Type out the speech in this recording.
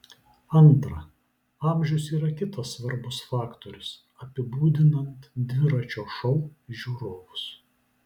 antra amžius yra kitas svarbus faktorius apibūdinant dviračio šou žiūrovus